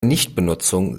nichtbenutzung